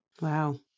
Wow